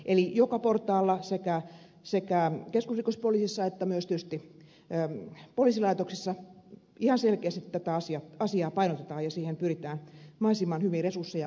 eli joka portaalla sekä keskusrikospoliisissa että myös tietysti poliisilaitoksissa ihan selkeästi tätä asiaa painotetaan ja siihen pyritään mahdollisimman hyvin resursseja ohjaamaan